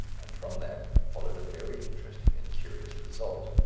and from that followed a very interesting and curious result.